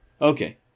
Okay